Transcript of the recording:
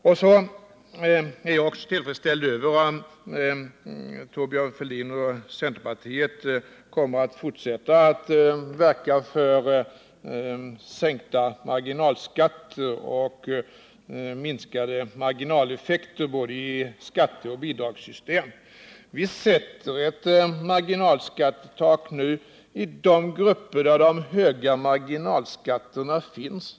Jag är också tillfredsställd över att Thorbjörn Fälldin och centerpartiet kommer att fortsätta att verka för minskade marginaleffekter i både skatteoch bidragssystem. Vi sätter ett marginalskattetak nu för de grupper där de höga marginalskatterna finns.